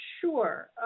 Sure